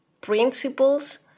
principles